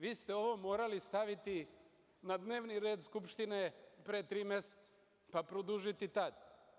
Vi ste ovo morali da stavite na dnevni red Skupštine pre tri meseca, pa produžiti i tad.